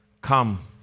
Come